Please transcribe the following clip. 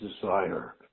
desire